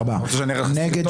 הצבעה ההסתייגות לא התקבלה.